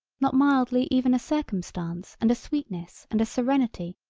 not mildly even a circumstance and a sweetness and a serenity.